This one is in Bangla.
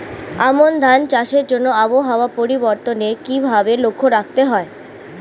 আমন ধান চাষের জন্য আবহাওয়া পরিবর্তনের কিভাবে লক্ষ্য রাখতে হয়?